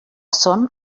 són